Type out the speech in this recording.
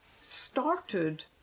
started